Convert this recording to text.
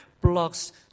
blocks